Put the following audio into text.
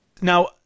Now